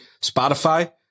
Spotify